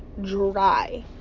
dry